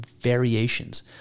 variations